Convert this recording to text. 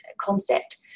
concept